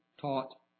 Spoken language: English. taught